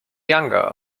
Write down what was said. younger